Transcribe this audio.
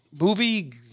movie